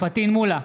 פטין מולא,